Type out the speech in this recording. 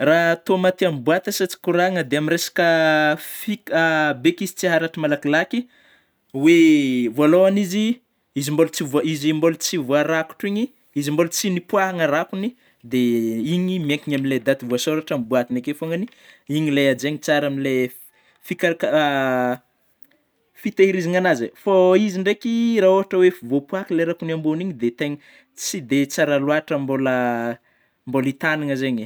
Raha tômaty amin'ny boaty asiantsika kôragna, dia miresaka fika be izy tsy haratra malakilaky, oe vôalohany izy, izy mbola izy mbola tsy vôarakotra igny, izy mbôla tsy nipôhagna rakony, dia igny miankina amin'ilay daty voasôratra amin'ny boaty akeo foagnany, igny lay hajaina tsara amin'ny le f-fikarak- fitehirizana, fô izy ndraiky raha ôhatry oe efa voapôhaky ilay rakony ambony igny de tegna tsy dia tsara loatra mbôla, mbola itagnagna zegny e.